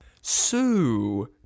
Sue